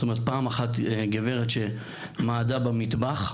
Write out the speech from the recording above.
גברת אחת שבשיא החורף מעדה במטבח,